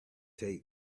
tape